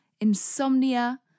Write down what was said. insomnia